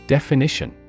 Definition